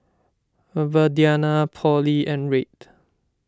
Viridiana Polly and Reid